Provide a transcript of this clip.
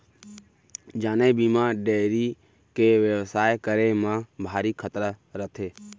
जाने बिना डेयरी के बेवसाय करे म भारी खतरा रथे